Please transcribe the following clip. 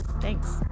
thanks